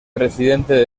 presidente